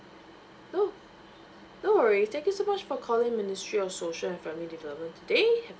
no no worries thank you so much for calling ministry of social and family development today have